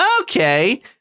Okay